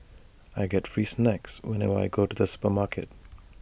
I get free snacks whenever I go to the supermarket